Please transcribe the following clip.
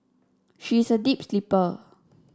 she is a deep sleeper